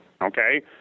Okay